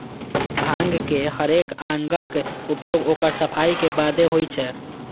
भांगक हरेक अंगक उपयोग ओकर सफाइ के बादे होइ छै